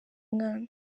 mwana